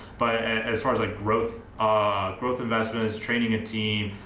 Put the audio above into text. but as far as like growth ah growth investment, is training a team,